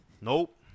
Nope